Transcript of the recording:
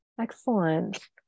Excellent